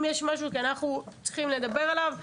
אם יש משהו שאנחנו צריכים לדבר עליו,